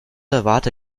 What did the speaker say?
erwarte